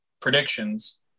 predictions